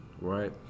right